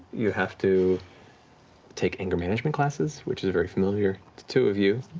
you have to take anger management classes, which is a very familiar two of you.